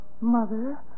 Mother